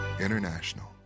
International